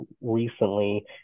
recently